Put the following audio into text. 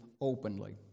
openly